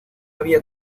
había